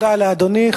תודה לאדוני.